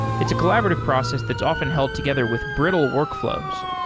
it's a collaborative process that's often held together with brittle workflows.